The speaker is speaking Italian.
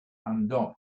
andò